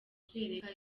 kwereka